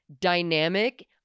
dynamic